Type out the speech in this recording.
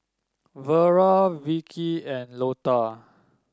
Vera Vikki and Lotta